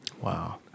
Wow